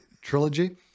Trilogy